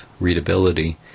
readability